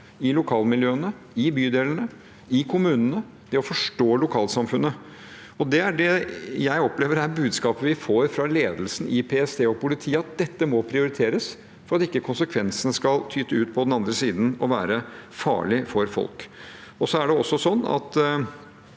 i lokalmiljøene, i bydelene, i kommunene og om å forstå lokalsamfunnene. Det er det jeg opplever er budskapet vi får fra ledelsen i PST og politiet, at dette må prioriteres for at ikke konsekvensene skal tyte ut på den andre siden og være farlige for folk. Det er også sånn at